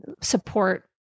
support